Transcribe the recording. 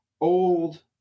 old